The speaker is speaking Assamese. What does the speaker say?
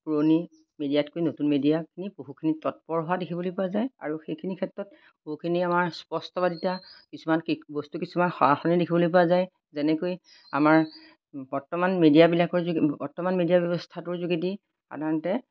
পুৰণি মিডিয়াতকৈ নতুন মিডিয়াখিনি বহুখিনি তৎপৰ হোৱা দেখিবলৈ পোৱা যায় আৰু সেইখিনি ক্ষেত্ৰত বহুখিনি আমাৰ স্পষ্ট বাদিতা কিছুমান কি বস্তু কিছুমান দেখিবলৈ পোৱা যায় যেনেকৈ আমাৰ বৰ্তমান মিডিয়াবিলাকৰ যোগে বৰ্তমান মিডিয়া ব্যৱস্থাটোৰ যোগেদি সাধাৰণতে